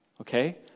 okay